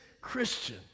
Christian